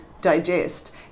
digest